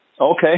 okay